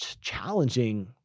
challenging